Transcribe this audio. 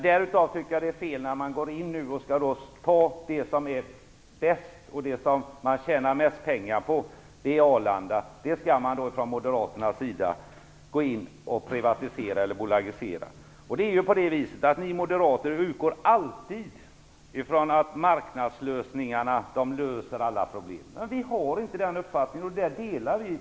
Däremot tycker jag att det är fel att privatisera det som är bäst och som man tjänar mest pengar på, Arlanda. Ni moderater utgår alltid från att marknaden löser alla problem. Men vi har inte den uppfattningen, så är det.